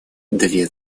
две